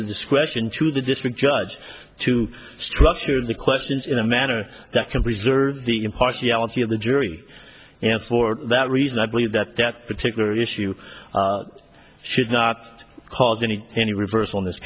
the discretion to the district judge to structure the questions in a manner that can preserve the impartiality of the jury and for that reason i believe that that particular issue should not cause any any reverse on this